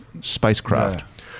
spacecraft